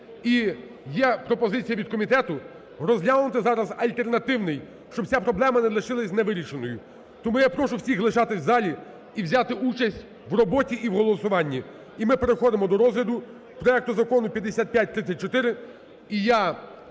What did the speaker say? І є пропозиція від комітету розглянути зараз альтернативний. Щоб ця проблема не лишилась невирішеною. Тому я прошу всіх лишатись в залі і взяти участь в роботі і в голосуванні. І ми переходимо до розгляду проекту Закону 5534.